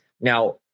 now